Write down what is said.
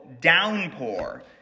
Downpour